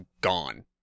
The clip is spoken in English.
gone